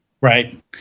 Right